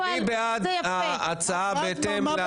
אם כך, מי בעד ההצעה בהתאם לשינויים?